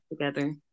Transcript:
together